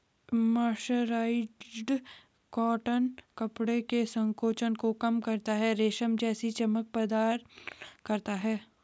mercerised cotton कपड़े के संकोचन को कम करता है, रेशम जैसी चमक प्रदान करता है